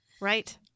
right